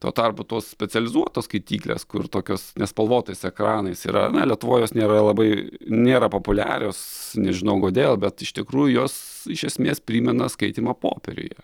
tuo tarpu tos specializuotos skaityklės kur tokios nespalvotais ekranais yra na lietuvoj jos nėra labai nėra populiarios nežinau kodėl bet iš tikrųjų jos iš esmės primena skaitymą popieriuje